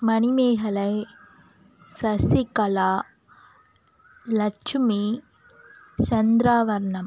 Manimekalai Sasikala Lakshmi Chandravarnam